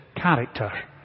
character